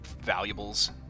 valuables